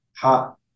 hot